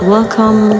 Welcome